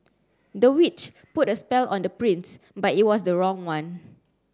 the witch put a spell on the prince but it was the wrong one